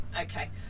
okay